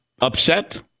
upset